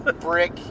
brick